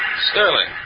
Sterling